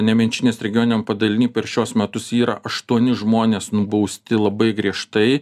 nemenčinės regioniniam padaliny per šiuos metus yra aštuoni žmonės nubausti labai griežtai